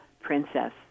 princess